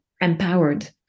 empowered